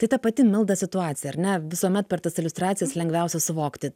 tai ta pati milda situaciją ar ne visuomet per tas iliustracijas lengviausia suvokti